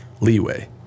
leeway